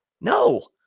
No